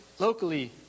Locally